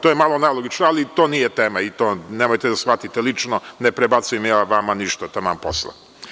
To je malo nelogično, ali to nije tema, i nemojte to da shvatite lično, ne prebacujem ja vama ništa, taman posla.